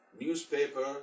newspaper